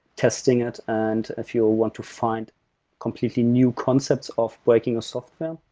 testing it and if you ah want to find completely new concepts of working a software,